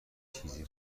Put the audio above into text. چیزی